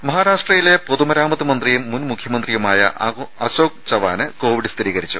രുര മഹാരാഷ്ട്രയിലെ പൊതുമരാമത്ത് മന്ത്രിയും മുൻ മുഖ്യമന്ത്രിയുമായ അശോക് ചവാന് കോവിഡ് സ്ഥിരീകരിച്ചു